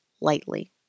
lightly